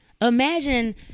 Imagine